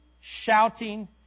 shouting